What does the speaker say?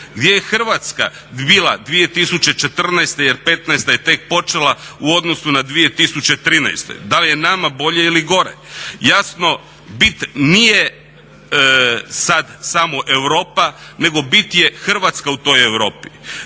Gdje je Hrvatska bila 2014. jer '15. je tek počela, u odnosu na 2013., da li je nama bolje ili gore. Jasno, bit nije sad samo Europa nego bit je Hrvatska u toj Europi.